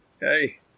Hey